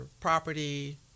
property